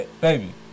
baby